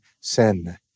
sin